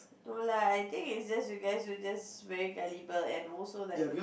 no lah I think is just you guys you just very gullible and also like